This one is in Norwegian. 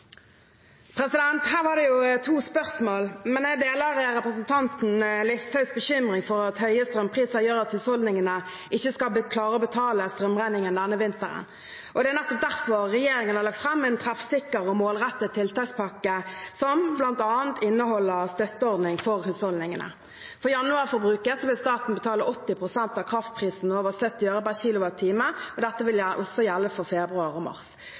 Her var det jo to spørsmål. Jeg deler representanten Listhaugs bekymring for at høye strømpriser gjør at husholdningene ikke skal klare å betale strømregningen denne vinteren. Det er nettopp derfor regjeringen har lagt fram en treffsikker og målrettet tiltakspakke som bl.a. inneholder en støtteordning for husholdningene. For januarforbruket vil staten betale 80 pst. av kraftprisen over 70 øre per kilowattime. Dette vil også gjelde for februar og mars.